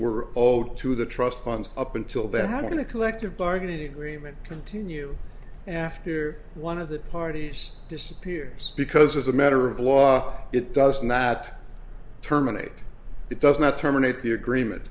all to the trust funds up until the how going to collective bargaining agreement continue after one of the parties disappears because as a matter of law it doesn't that terminate it does not terminate the agreement